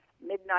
midnight